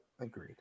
Agreed